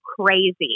crazy